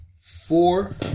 four